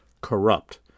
corrupt